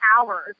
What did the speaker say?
hours